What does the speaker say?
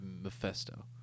Mephisto